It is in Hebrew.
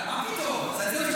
מה פתאום?